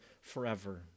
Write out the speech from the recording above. forever